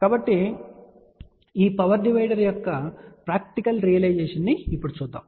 కాబట్టి ఈ power divider యొక్క ప్రాక్టికల్ రియలైజేషన్ ను ఇప్పుడు చూద్దాం